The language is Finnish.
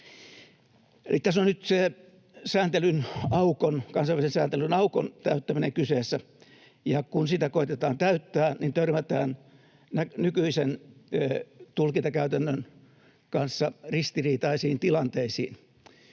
tässä on nyt sen kansainvälisen sääntelyn aukon täyttäminen kyseessä, ja kun sitä koetetaan täyttää, törmätään nykyisen tulkintakäytännön kanssa ristiriitaisiin tilanteisiin.